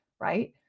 right